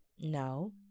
no